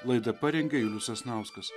laidą parengė julius sasnauskas